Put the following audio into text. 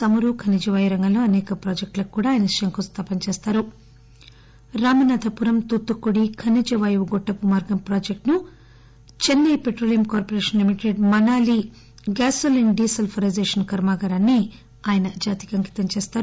చమురు ఖనిజవాయువు రంగంలో అసేక ప్రాజెక్టులకు ఆయన శంకుస్లాపన కూడా చేస్తారు రామనాథపురం తూత్తుక్కుడి ఖనిజవాయువు గొట్టపు మార్గం ప్రాజెక్ట్ను Chennai petroleum corporation limited Manali gasoline desulphurisation కర్మాగారాన్ని ఆయన జాతికి అంకితం చేస్తారు